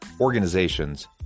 organizations